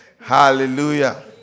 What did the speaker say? Hallelujah